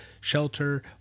shelter